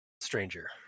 stranger